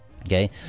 okay